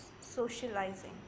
socializing